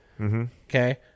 Okay